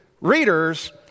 readers